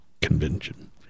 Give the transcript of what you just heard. convention